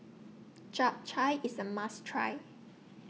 Chap Chai IS A must Try